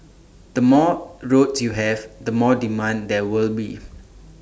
the more roads you have the more demand there will be